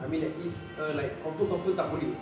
I mean like it's a like confirm confirm tak boleh [tau]